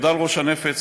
ראש הנפץ,